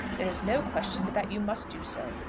there is no question but that you must do so.